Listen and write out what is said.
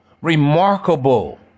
Remarkable